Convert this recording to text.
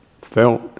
felt